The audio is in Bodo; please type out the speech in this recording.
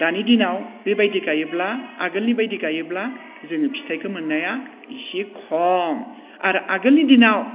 दानि दिनाव बेबायदि गायोब्ला आगोलनि बायदि गायोब्ला जोङो फिथाइखौ मोननाया इसे खम आरो आगोलनि दिनाव